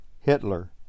Hitler